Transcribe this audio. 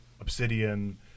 Obsidian